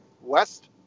west